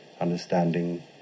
understanding